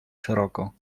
szeroko